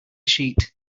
sheet